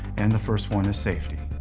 and the first one is safety.